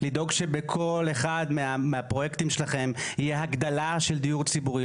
לדאוג שבכל אחד מהפרויקטים שלכם יהיה הגדלה של דיור ציבורי.